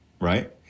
right